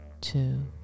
two